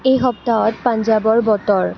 এই সপ্তাহত পঞ্জাৱৰ বতৰ